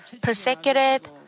persecuted